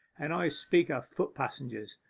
and i speak of foot-passengers.